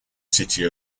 city